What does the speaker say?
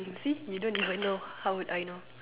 you see you don't even know how would I know